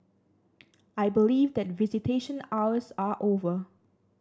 I believe that visitation hours are over